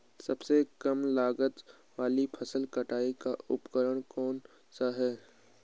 सबसे कम लागत वाला फसल कटाई का उपकरण कौन सा है?